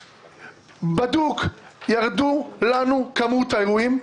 בָּדוּק ירדה לנו כמות האירועים,